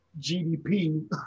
GDP